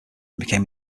became